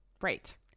Right